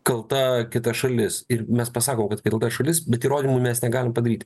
kalta kita šalis ir mes pasakom kad šalis bet įrodymų mes negalim padaryti